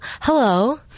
Hello